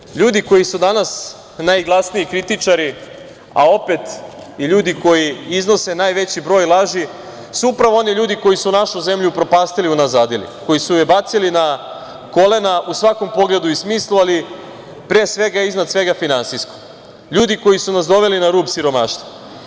Međutim, ljudi koji su danas najglasniji kritičari, a opet i ljudi koji iznose najveći broj laži, su upravo oni ljudi koji su našu zemlju upropastili i unazadili, koji su je bacili na kolena u svakom pogledu i smislu, ali pre svega i iznad svega finansijski, ljudi koji su nas doveli na rub siromaštva.